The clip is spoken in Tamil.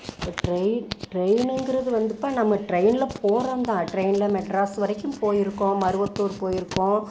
இப்போ ட்ரெயின் ட்ரெயினுங்கிறது வந்துப்பா நம்ம ட்ரெயினில் போகிறோம் தான் ட்ரெயினில் மெட்ராஸ் வரைக்கும் போயிருக்கோம் மருவத்தூர் போயிருக்கோம்